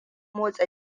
motsa